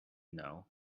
know